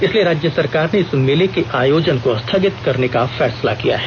इसलिए राज्य सरकार ने इस मेले के आयोजन को स्थगित करने का फैसला किया है